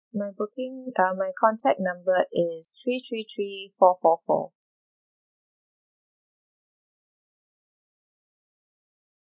my booking uh my contact number is three three three four four four